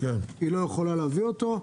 היא לא יכולה להביא אותו.